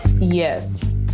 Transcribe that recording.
Yes